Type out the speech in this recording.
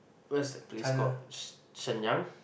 where's the place called shen~ Shenyang